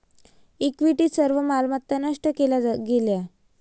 equity सर्व मालमत्ता नष्ट केल्या गेल्या